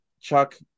Chuck